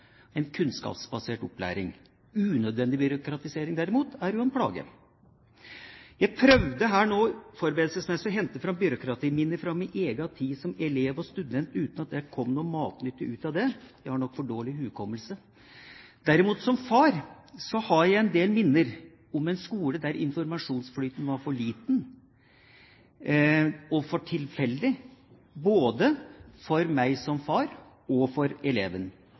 en kunnskapsbasert opplæring. Unødvendig byråkratisering, derimot, er jo en plage. Jeg prøvde forberedelsesmessig å hente fram byråkratiminner fra min egen tid som elev og student, uten at det kom noe matnyttig ut av det. Jeg har nok for dårlig hukommelse. Derimot som far har jeg en del minner om en skole der informasjonsflyten var for liten og for tilfeldig, både for meg som far og for eleven.